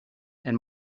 and